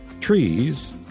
trees